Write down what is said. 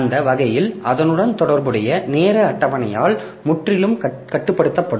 அந்த வகையில் அதனுடன் தொடர்புடைய நேர அட்டவணையால் முற்றிலும் கட்டுப்படுத்தப்படும்